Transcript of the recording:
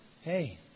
Hey